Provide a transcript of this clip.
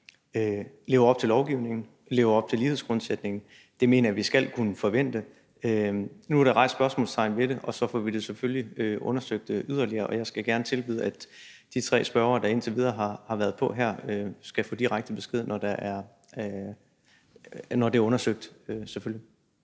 lever op til lovgivningen, lever op til lighedsgrundsætningen. Det mener jeg vi skal kunne forvente. Nu er der sat spørgsmålstegn ved det, og så får vi det selvfølgelig undersøgt yderligere, og jeg skal gerne tilbyde, at de tre spørgere, der indtil videre har været på her, skal få direkte besked, når det er undersøgt, selvfølgelig.